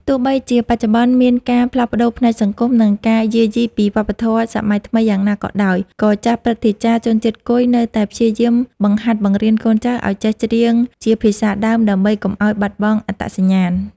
ទោះបីជាបច្ចុប្បន្នមានការផ្លាស់ប្តូរផ្នែកសង្គម និងការយាយីពីវប្បធម៌សម័យថ្មីយ៉ាងណាក៏ដោយ ក៏ចាស់ព្រឹទ្ធាចារ្យជនជាតិគុយនៅតែព្យាយាមបង្ហាត់បង្រៀនកូនចៅឱ្យចេះច្រៀងជាភាសាដើម ដើម្បីកុំឱ្យបាត់បង់អត្តសញ្ញាណ។